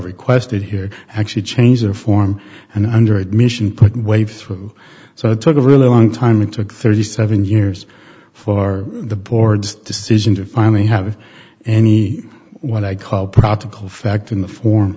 requested here actually change their form and under admission put way through so i took a really long time it took thirty seven years for the board's decision to finally have any what i call practical fact in the form